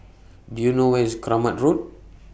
Do YOU know Where IS Kramat Road